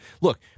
Look